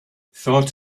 thought